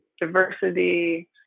diversity